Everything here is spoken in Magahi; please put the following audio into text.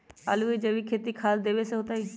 आलु के खेती जैविक खाध देवे से होतई?